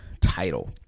title